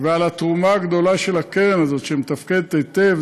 ועל התרומה הגדולה של הקרן הזאת, שמתפקדת היטב.